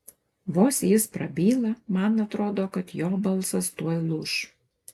vos jis prabyla man atrodo kad jo balsas tuoj lūš